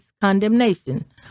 condemnation